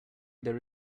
there